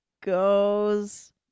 Goes